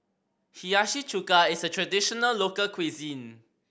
Hiyashi Chuka is a traditional local cuisine